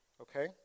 Okay